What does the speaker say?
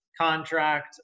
contract